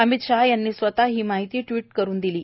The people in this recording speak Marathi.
अमित शहा यांनी स्वतः ही माहिती ट्विटकरून दिली आहे